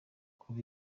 kuva